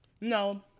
No